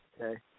Okay